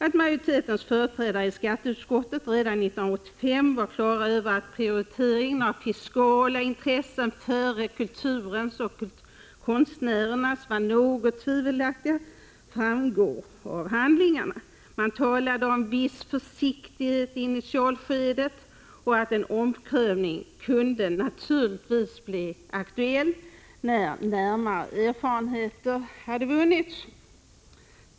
Att majoritetens företrädare i skatteutskottet redan 1985 var på det klara med att prioriteringen av fiskala intressen före kulturens och konstnärernas intressen var något tvivelaktig framgår av att man talade om ”viss försiktighet i initialskedet” och att en omprövning kunde ”naturligtvis bli aktuell när närmare erfarenheter vunnits”.